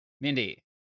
Mindy